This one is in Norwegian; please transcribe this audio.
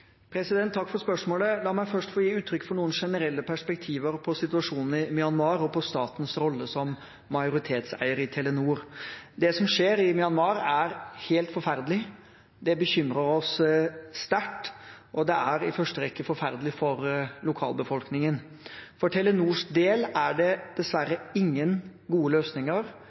La meg først få gi uttrykk for noen generelle perspektiver på situasjonen i Myanmar og på statens rolle som majoritetseier i Telenor. Det som skjer i Myanmar, er helt forferdelig, det bekymrer oss sterkt, og det er i første rekke forferdelig for lokalbefolkningen. For Telenors del er det dessverre ingen gode løsninger,